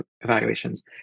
evaluations